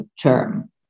term